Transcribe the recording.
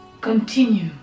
Continue